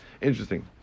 Interesting